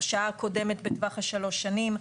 הרשעה קודמת בטווח שלוש שנים,